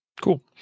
Cool